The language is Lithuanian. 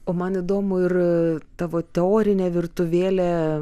o man įdomu ir tavo teorinė virtuvėlė